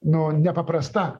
nu nepaprasta